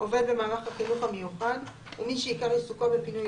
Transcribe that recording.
עובד במערך החינוך המיוחד ומי שעיקר עיסוקו בפינוי